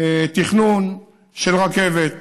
תכנון של רכבת,